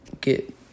get